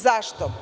Zašto?